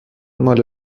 مال